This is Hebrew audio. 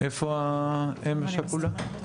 איפה האם שכולה?